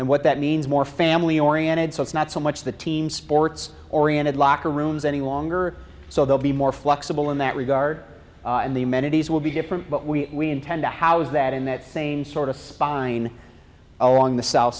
and what that means more family oriented so it's not so much the team sports oriented locker rooms any longer so they'll be more flexible in that regard and the amenities will be different but we intend to how's that in that same sort of spine along the south